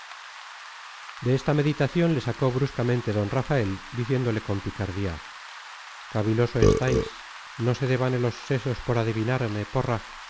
de esta meditación le sacó bruscamente d rafael diciéndole con picardía caviloso estáis no se devane los sesos por adivinarme porra